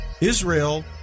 Israel—